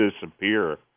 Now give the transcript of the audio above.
disappear